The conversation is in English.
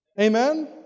Amen